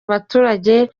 abaturage